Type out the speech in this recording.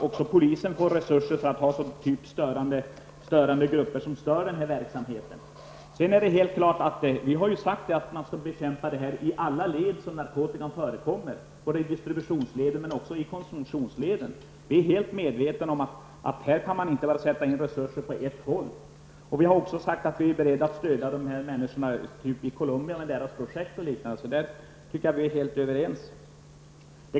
Också polisen måste få resurser för grupper som stör denna verksamhet. Vi har sagt att narkotikan skall bekämpas i alla de led som narkotikan förekommer, både i distributionsleden och konsumtionsleden. Vi är helt medvetna om att man inte kan sätta in resurser bara på ett håll. Vi har ocså sagt att vi är beredda att stödja människorna i Colombia med deras projekt och liknande. Där tycker jag att vi är helt överens.